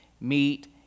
meet